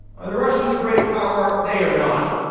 are the russians a great power? they are not.